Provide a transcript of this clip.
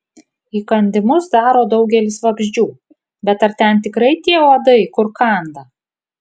įkandimus daro daugelis vabzdžių bet ar ten tikrai tie uodai kur kanda